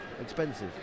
Expensive